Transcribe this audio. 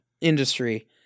industry